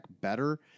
better